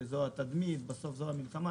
התדמית בסוף היא המלחמה.